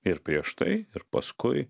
ir prieš tai ir paskui